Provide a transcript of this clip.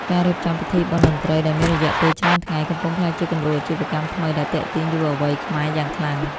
ការរៀបចំពិធីបុណ្យតន្ត្រី ដែលមានរយៈពេលច្រើនថ្ងៃ កំពុងក្លាយជាគំរូអាជីវកម្មថ្មីដែលទាក់ទាញយុវវ័យខ្មែរយ៉ាងខ្លាំង។